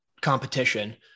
competition